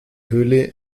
höhle